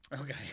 Okay